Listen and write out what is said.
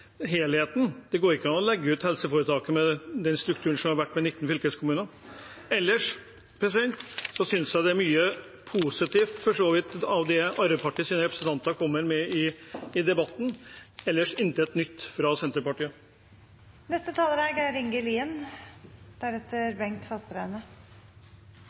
helheten. Det går ikke an å legge ut helseforetaket med den strukturen som har vært med 19 fylkeskommuner. Ellers synes jeg det for så vidt er mye positivt i det Arbeiderpartiets representanter kommer med i debatten, men intet nytt fra Senterpartiet.